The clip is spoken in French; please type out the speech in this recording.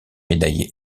médaillé